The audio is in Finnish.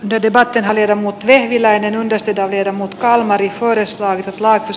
de debate viedä mut vehviläinen ostetaan hirmut kalmari kodeistaan laitos